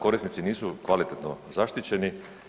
Korisnici nisu kvalitetno zaštićeno.